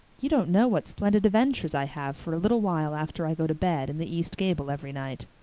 you don't know what splendid adventures i have for a little while after i go to bed in the east gable every night.